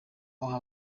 waha